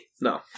No